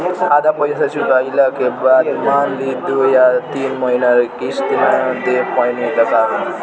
आधा पईसा चुकइला के बाद मान ली दो या तीन महिना किश्त ना दे पैनी त का होई?